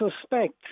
suspect